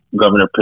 Governor